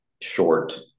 short